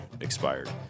expired